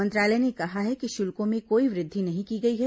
मंत्रालय ने कहा है कि शुल्कों में कोई वृद्धि नहीं की गई है